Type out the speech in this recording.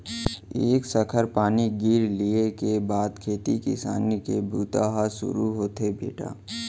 एक सखर पानी गिर लिये के बाद खेती किसानी के बूता ह सुरू होथे बेटा